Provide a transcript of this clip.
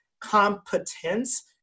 competence